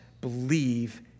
believe